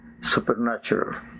supernatural